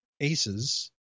aces